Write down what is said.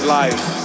life